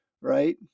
right